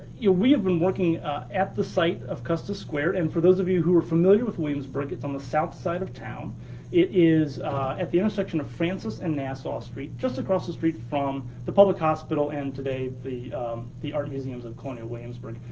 we have been working at the site of custis square, and for those of you who are familiar with williamsburg, it's on the south side of town. it is at the intersection of francis and nassau street, just across the street from the public hospital, and today the the art museums of colonial williamsburg.